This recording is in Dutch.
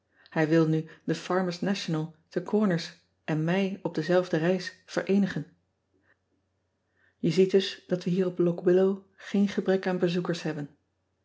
ij wil nu he armers ational te orners en mij op dezelfde reis vereenigen e ziet dus dat we hier op ock illow geen gebrek aan bezoekers hebben